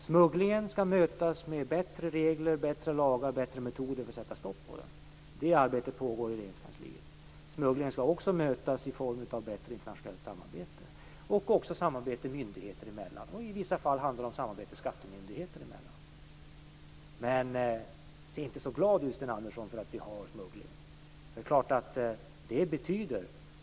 Smugglingen skall mötas med bättre regler, bättre lagar och bättre metoder för att sätta stopp för den. Det arbetet pågår i Regeringskansliet. Smugglingen skall också mötas med bättre internationellt samarbete och även med bättre samarbete myndigheter emellan. I vissa fall handlar det om samarbete skattemyndigheter emellan. Men se inte så glad ut, Sten Andersson, för att det smugglas.